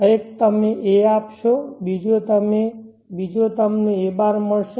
એક તમે a આપશો બીજો તમને a બાર મળશે